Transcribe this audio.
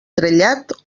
trellat